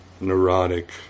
neurotic